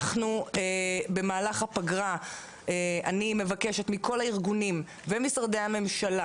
במהלך הפגרה אני מבקשת מכל הארגונים ומשרדי הממשלה